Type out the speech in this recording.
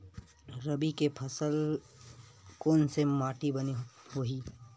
रबी के फसल बर कोन से माटी बने होही?